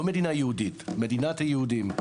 לא מדינה יהודית מדינת היהודים.